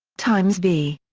times v.